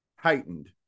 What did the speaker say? heightened